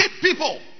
people